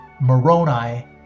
Moroni